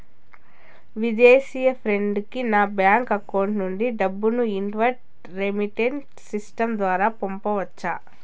విదేశీ ఫ్రెండ్ కి నా బ్యాంకు అకౌంట్ నుండి డబ్బును ఇన్వార్డ్ రెమిట్టెన్స్ సిస్టం ద్వారా పంపొచ్చా?